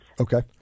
Okay